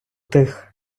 тих